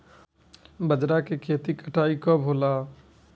बजरा के खेती के कटाई कब होला?